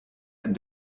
that